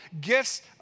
gifts